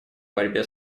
борьбе